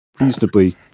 reasonably